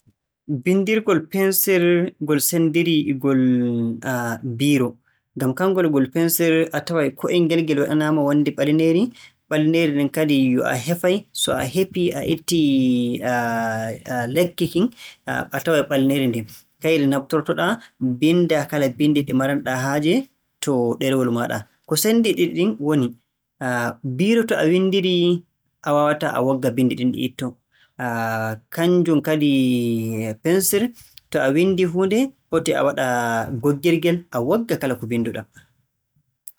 Binndirgol pensir ngol senndirii e ngol booro. Ngam kanngol ngol pensir a taway ko'el ngel waɗiraama wonndi ɓalineeri. Ɓalineeri ndin kadi yo a hefay, so a hefii, a ittii likki kin, a taway ɓalineeri ndin, kayri naftorto-ɗaa mbinndaa kala binndi ɗi maran-ɗaa haaje to ɗerewol maaɗa. Ko senndi ɗiɗi ɗin woni biiro to a windidii a waawataa a wogga binndi ɗin ɗi ittoo, kannjum kadi pensir to a winndii huunde, foti a waɗa goggirgel a wogga kala mbinndu-ɗaa.